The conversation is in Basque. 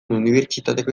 unibertsitateko